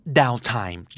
downtime